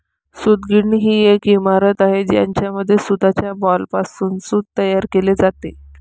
सूतगिरणी ही एक इमारत आहे ज्यामध्ये सूताच्या बॉलपासून सूत तयार केले जाते